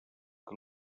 que